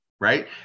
right